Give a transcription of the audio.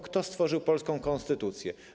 Kto stworzył polską konstytucję?